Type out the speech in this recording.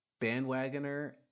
bandwagoner